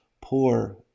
poor